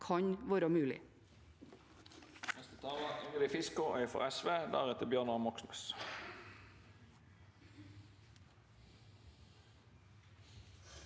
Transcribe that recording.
kan være mulig.